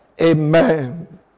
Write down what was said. Amen